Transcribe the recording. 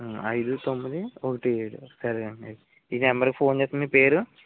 ఐదు తొమ్మిది ఒకటి ఏడు సరే అండి అయితే ఈ నెంబర్కి ఫోన్ చేస్తాను మీ పేరు